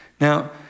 Now